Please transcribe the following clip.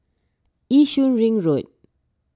Yishun Ring Road